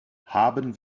haben